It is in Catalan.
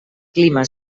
clima